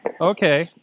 okay